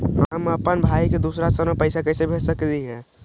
हम अप्पन भाई के दूसर शहर में पैसा कैसे भेज सकली हे?